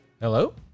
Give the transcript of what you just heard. Hello